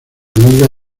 liga